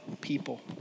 people